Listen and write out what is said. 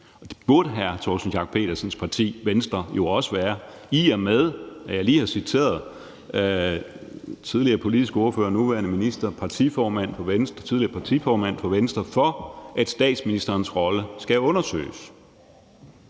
Det burde hr. Torsten Schack Pedersens parti, Venstre, jo også være, i og med at jeg lige har citeret tidligere politisk ordfører, nuværende minister og tidligere partiformand for Venstre for, at statsministerens rolle skal undersøges.